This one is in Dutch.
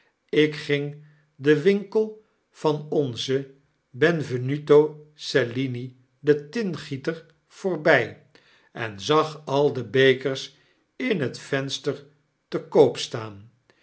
ik ging den winkel van onzen benvenuto cellini den tinnegieter voorby en zag al de bekers in het venster te koop staan